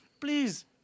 please